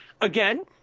again